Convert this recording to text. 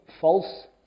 false